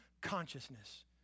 consciousness